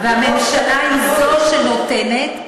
והממשלה היא שנותנת,